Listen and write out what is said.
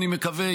אני מקווה,